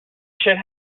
should